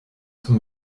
zum